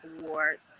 Awards